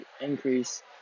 increase